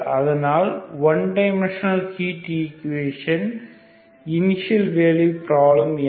அதனால் one dimensional heat equation initial value problem என்ன